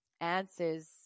answers